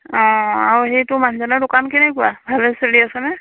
অঁ আৰু সেই তোৰ মানুহজনৰ দোকান কেনেকুৱা ভালে চলি আছেনে